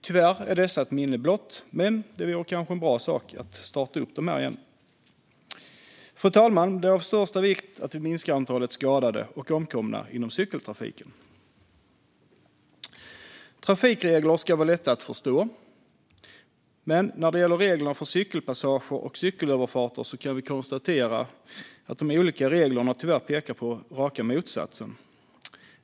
Tyvärr är dessa lekskolor ett minne blott, men det vore kanske en bra sak att starta upp dem igen. Fru talman! Det är av största vikt att vi minskar antalet skadade och omkomna i cykeltrafiken. Trafikregler ska vara lätta att förstå, men när det gäller reglerna för cykelpassager och cykelöverfarter kan vi konstatera att de olika reglerna tyvärr pekar på raka motsatsen.